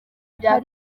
bya